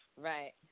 right